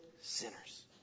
sinners